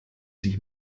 sich